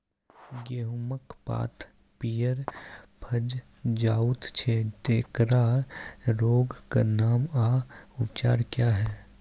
गेहूँमक पात पीअर भअ जायत छै, तेकरा रोगऽक नाम आ उपचार क्या है?